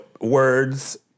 words